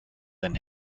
than